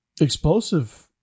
Explosive